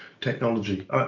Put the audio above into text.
technology